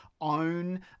own